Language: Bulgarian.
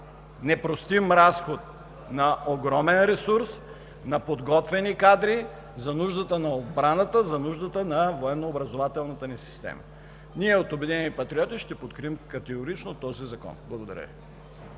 непростим разход на огромен ресурс, на подготвени кадри за нуждата на отбраната, за нуждата на военно-образователната ни система. Ние от „Обединени патриоти“ ще подкрепим категорично този закон. Благодаря